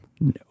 No